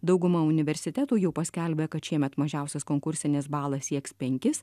dauguma universitetų jau paskelbė kad šiemet mažiausias konkursinis balas sieks penkis